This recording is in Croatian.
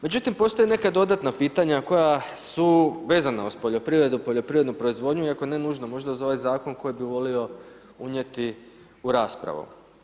Međutim, postoje neka dodatna pitanja koja su vezana uz poljoprivredu, poljoprivrednu proizvodnju iako ako ne nužno, možda za ovaj zakon koji bi volio unijeti u raspravu.